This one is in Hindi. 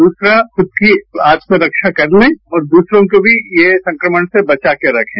दूसरा खुद की आत्मरक्षा करने और दूसरों को भी ये संक्रमण से बचा कर रखें